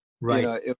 right